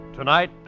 Tonight